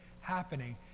happening